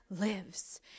lives